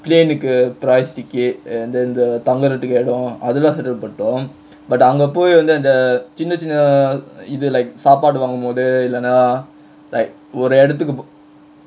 plane price ticket and then the தங்கறதுக்கு இடம் அதெல்லா:thangrathukku idam athellaa set out பண்ட்டோம்:panttom but அங்க போய் வந்து அந்த சின்ன சின்ன இது:anga poi vanthu antha chinna chinna ithu like சாப்பாடு வாங்க மோது இல்லனா:saappaadu vaanga mothu illanaa like ஒரு இடத்துக்கு:oru idathukku